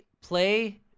play